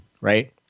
right